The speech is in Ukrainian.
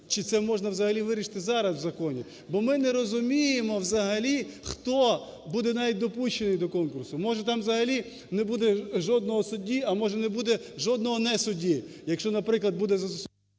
чи це можна взагалі вирішити зараз в законі. Бо ми не розуміємо взагалі, хто буде навіть допущений до конкурсу. Може, там взагалі не буде жодного судді, а може не буде жодногонесудді, якщо, наприклад, буде… Веде